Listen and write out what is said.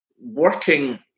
working